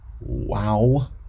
wow